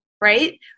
Right